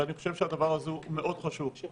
ואני חושב שהדבר הזה מאוד חשוב.